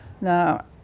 Now